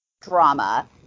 drama